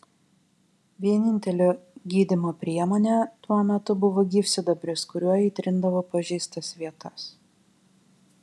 vienintelė gydymo priemonė tuo metu buvo gyvsidabris kuriuo įtrindavo pažeistas vietas